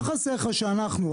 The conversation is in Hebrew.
מה חסר לך שאנחנו,